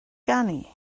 ganu